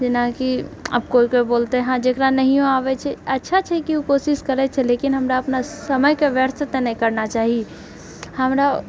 जेनाकि आब कोइ कोइ बोलते हँ जेकरा नहियो आबैछै अच्छा छै कि ओ कोशिश करैछै लेकिन हमरा अपना समयके व्यर्थ तऽ नहि करना चाही हमरा